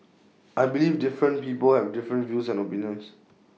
I believe different people have different views and opinions